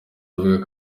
avuga